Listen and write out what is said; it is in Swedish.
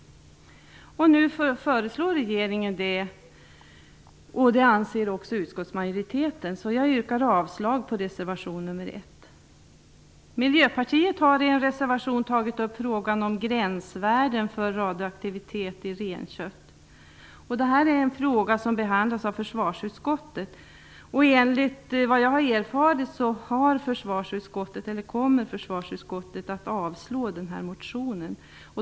Nu föreslår regeringen detta, och utskottsmajoriteten har samma uppfattning. Jag yrkar därför avslag på reservation nr 1. Miljöpartiet har i en reservation tagit upp frågan om gränsvärden för radioaktivitet i renkött. Det är en fråga som behandlas i försvarsutskottet, och enligt vad jag har erfarit kommer försvarsutskottet att avstyrka motionen.